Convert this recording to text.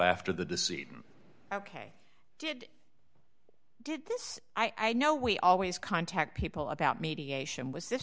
after the deceit ok did did this i know we always contact people about mediation was this